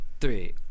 three